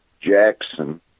Jackson